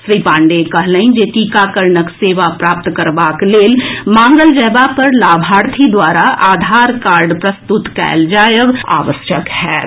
श्री पांडेय कहलनि जे टीकाकरणक सेवा प्राप्त करबाक लेल मांगल जएबा पर लाभार्थी द्वारा आधार कार्ड प्रस्तुत कयल जाएब आवश्यक होएत